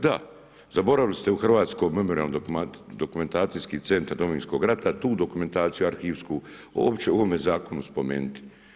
Da, zaboravili ste u Hrvatsko memorijalno dokumentacijski centar Domovinskog rata tu dokumentaciju arhivsku uopće u ovome zakonu spomenuti.